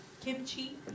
kimchi